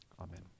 Amen